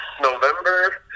November